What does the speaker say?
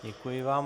Děkuji vám.